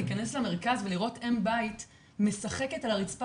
להיכנס למרכז ולראות אם בית משחקת על הרצפה